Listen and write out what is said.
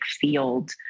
field